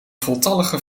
voltallige